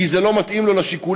זה לא מתאים לו לשיקולים?